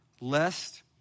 lest